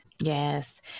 yes